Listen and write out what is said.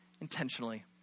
intentionally